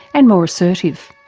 and more assertive.